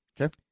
Okay